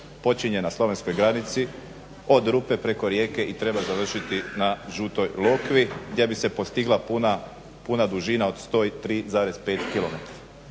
počinje na slovenskoj granici od Rupe preko Rijeke i treba završiti na Žutoj Lokvi gdje bi se postigla puna dužina od 103,5 km.